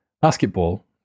basketball